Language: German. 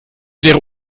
wäre